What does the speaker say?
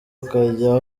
ukajya